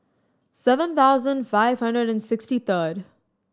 seven thousand five hundred and sixty third